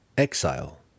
Exile